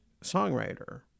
songwriter